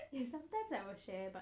eh sometimes I will share but